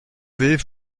vais